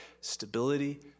stability